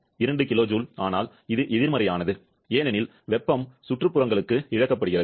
2 kJ ஆனால் அது எதிர்மறையானது ஏனெனில் வெப்பம் சுற்றுப்புறங்களுக்கு இழக்கப்படுகிறது